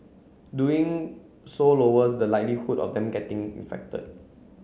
doing so lowers the likelihood of them getting infected